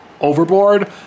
overboard